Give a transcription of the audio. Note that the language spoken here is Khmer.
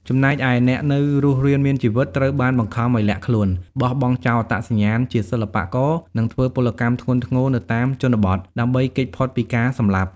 ចំណែកឯអ្នកនៅរស់រានមានជីវិត ត្រូវបាន បង្ខំឱ្យលាក់ខ្លួន បោះបង់ចោលអត្តសញ្ញាណជាសិល្បករ និងធ្វើពលកម្មធ្ងន់ធ្ងរនៅតាមជនបទ ដើម្បីគេចផុតពីការសម្លាប់។